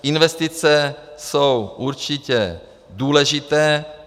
Investice jsou určitě důležité.